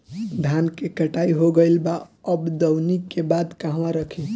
धान के कटाई हो गइल बा अब दवनि के बाद कहवा रखी?